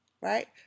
right